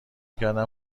کردم